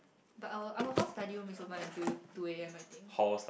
but our our hall study room is open until two A_M I think